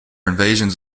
invasions